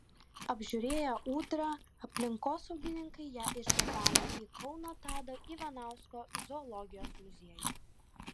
apžiūrėję ūdrą aplinkosaugininkai ją išgabeno į kauno tado ivanausko zoologijos muziejų